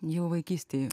jau vaikystėj